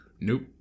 Nope